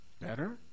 better